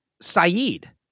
Saeed